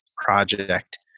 project